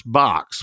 box